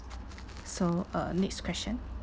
so uh next question